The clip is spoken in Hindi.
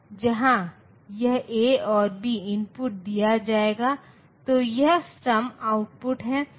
तो यह सम आउटपुट है और यह कैरी आउटपुट है